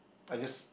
I just